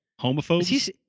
Homophobes